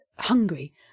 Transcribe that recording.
hungry